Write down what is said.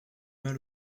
mal